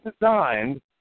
designed